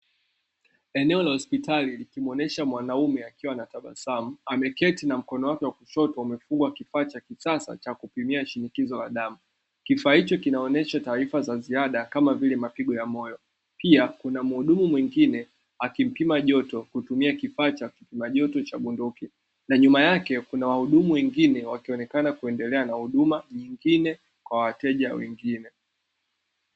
Eneo la hospitali likimwonyesha mwanaume akiwa na tabasamu, ameketi na mkono wake wa kushoto umefungwa kifaa cha kisasa cha kupimia shinikizo la damu. Kifaa hicho kinaoonyesha taarifa za ziada kama vile mapigo ya moyo, pia kuna mhudumu mwingine akimpima joto kutumia kifaa cha kupima joto cha bunduki, na nyuma yake kuna wahudumu wengine wakionekana kuendelea na huduma nyingine kwa wateja wengine.